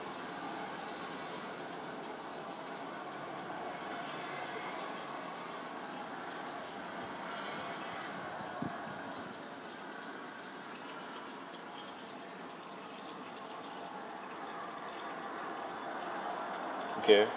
okay